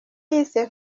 yise